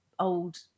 old